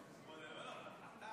רבותיי חברי הכנסת, להלן תוצאות